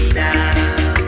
now